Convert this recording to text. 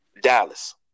Dallas